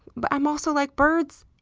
but i'm also like, birds,